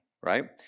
right